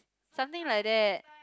something like that